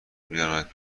بیارمت